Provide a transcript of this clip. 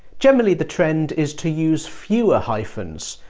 generally, the trend is to use fewer hyphens,